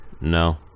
no